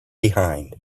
behind